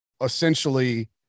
essentially